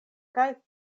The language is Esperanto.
kaj